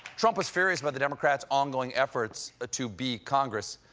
trump was furious about the democrats' ongoing efforts to be congress,